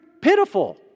pitiful